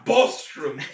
Bostrom